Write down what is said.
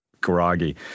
groggy